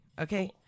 okay